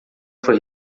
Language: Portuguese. foi